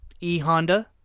E-Honda